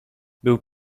był